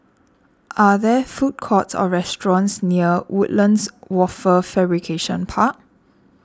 are there food courts or restaurants near Woodlands Wafer Fabrication Park